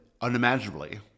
unimaginably